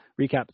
recap